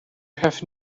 have